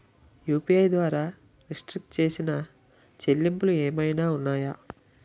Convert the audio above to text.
UPI ద్వారా restrict చేసిన చెల్లింపులు ఏమైనా ఉన్నాయా?